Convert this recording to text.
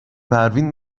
پروین